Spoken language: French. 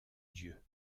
dieu